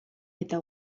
eta